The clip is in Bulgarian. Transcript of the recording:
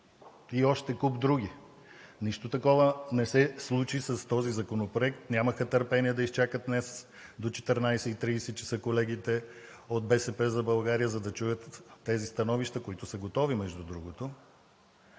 и още куп други. Нищо такова не се случи с този законопроект. Нямаха търпение да изчакат днес до 14,30 ч. колегите от „БСП за България“, за да чуят тези становища, които са готови, между другото,